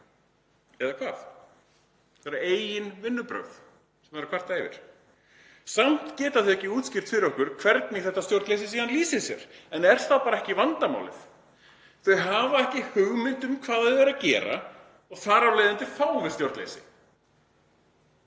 eða hvað? Þeirra eigin vinnubrögð sem þau eru að kvarta yfir. Samt geta þau ekki útskýrt fyrir okkur hvernig þetta stjórnleysi lýsir sér. En er þá bara ekki vandamálið að þau hafa ekki hugmynd um hvað þau eru að gera og þar af leiðandi ríkir stjórnleysi?